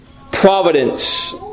providence